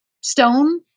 stone